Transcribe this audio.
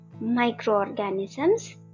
Microorganisms